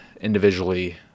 individually